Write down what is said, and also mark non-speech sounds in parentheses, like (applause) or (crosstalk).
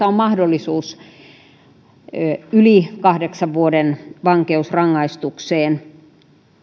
(unintelligible) on mahdollisuus tuomita yli kahdeksan vuoden vankeusrangaistukseen